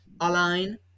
align